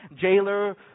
jailer